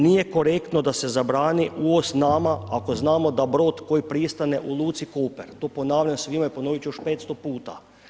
Nije korektno da se zabrani uvoz nama ako znamo da brod koji pristane u luci Koper, to ponavljam svima i ponovit ću još 500 puta.